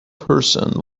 person